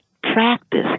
practice